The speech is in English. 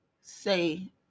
say